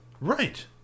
right